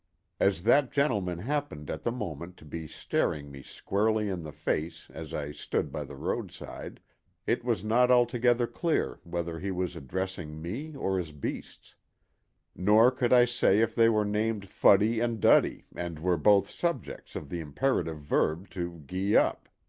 as that gentleman happened at the moment to be staring me squarely in the face as i stood by the roadside it was not altogether clear whether he was addressing me or his beasts nor could i say if they were named fuddy and duddy and were both subjects of the imperative verb to gee-up.